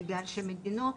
בגלל שמדינות,